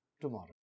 tomorrow